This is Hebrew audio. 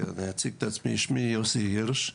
שמי יוסי הירש,